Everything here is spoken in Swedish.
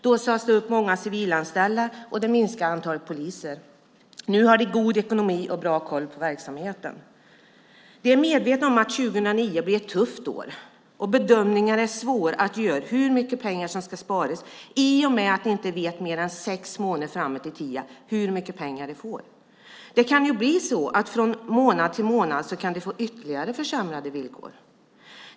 Då sades det upp många civilanställda, och man minskade antalet poliser. Nu har de god ekonomi och bra koll på verksamheten. De är medvetna om att 2009 blir ett tufft år, och bedömningarna är svåra att göra av hur mycket som ska sparas i och med att de inte vet mer än sex månader framåt i tiden hur mycket de får. Det kan bli så att de från en månad till en annan får ytterligare försämrade villkor.